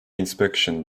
inspection